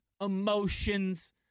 emotions